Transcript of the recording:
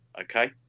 Okay